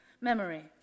Memory